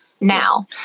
now